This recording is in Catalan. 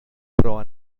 però